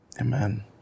Amen